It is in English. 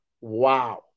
Wow